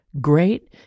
great